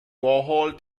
warhol